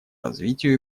развитию